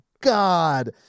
god